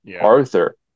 arthur